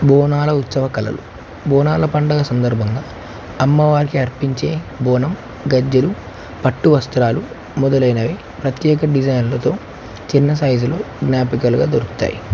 బోనాల ఉత్సవ కళలు బోనాల పండగ సందర్భంగా అమ్మవారికి అర్పించే బోనం గజ్జెలు పట్టు వస్త్రాలు మొదలైనవి ప్రత్యేక డిజైన్లతో చిన్న సైజులో జ్ఞాపికలుగా దొరుకుతాయి